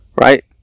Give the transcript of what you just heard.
right